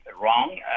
wrong